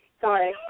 sorry